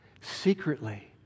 Secretly